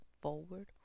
forward